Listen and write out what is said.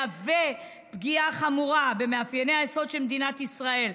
מהווה פגיעה חמורה במאפייני היסוד של מדינת ישראל.